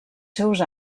seus